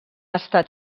estat